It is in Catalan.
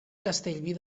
castellví